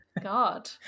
god